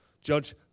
Judge